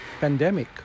pandemic